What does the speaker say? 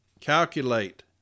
calculate